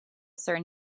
sir